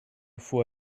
faut